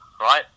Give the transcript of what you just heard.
right